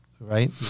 right